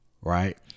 right